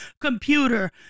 computer